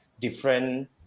different